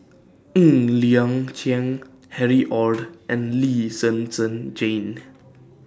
Ng Liang Chiang Harry ORD and Lee Zhen Zhen Jane